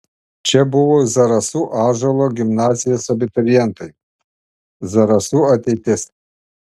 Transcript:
čia buvo zarasų ąžuolo gimnazijos abiturientai zarasų ateitis